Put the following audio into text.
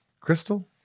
crystal